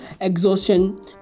exhaustion